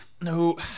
No